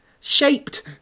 shaped